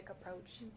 approach